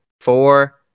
four